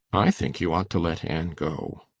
i think you ought to let anne go,